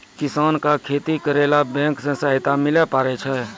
किसान का खेती करेला बैंक से सहायता मिला पारा?